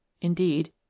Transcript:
indeed